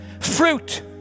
fruit